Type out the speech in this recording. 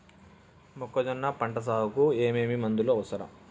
మొక్కజొన్న పంట సాగుకు ఏమేమి మందులు అవసరం?